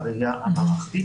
בראייה המערכתית.